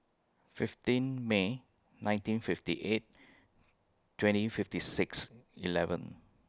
fifteen May nineteen fifty eight twenty fifty six eleven